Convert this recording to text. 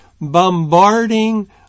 bombarding